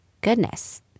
goodness